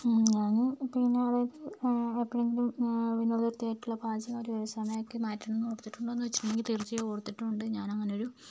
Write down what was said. ഞാൻ പിന്നെ അതായത് എപ്പോഴെങ്കിലും വിനോദവൃത്തിയായിട്ടുള്ള പാചകം ഒരു വ്യവസായമാക്കി മാറ്റണമെന്ന് ഓർത്തിട്ടുണ്ടോയെന്നു വെച്ചിട്ടുണ്ടെങ്കിൽ തീർച്ചയായും ഓർത്തിട്ടും ഉണ്ട് ഞാനങ്ങനെ ഒരു